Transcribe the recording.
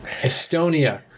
Estonia